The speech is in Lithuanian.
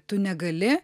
tu negali